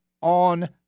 on